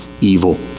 evil